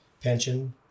pension